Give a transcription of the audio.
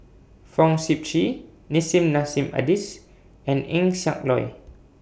Fong Sip Chee Nissim Nassim Adis and Eng Siak Loy